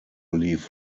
leave